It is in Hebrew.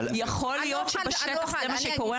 יכול להיות שבשטח זה קורה,